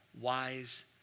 wise